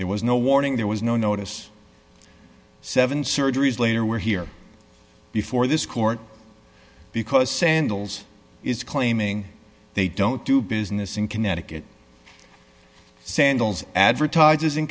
there was no warning there was no notice seven surgeries later were here before this court because sandals is claiming they don't do business in connecticut sandals advertises in